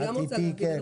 אני גם רוצה להבין,